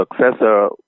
successor